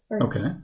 okay